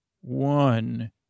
one